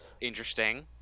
interesting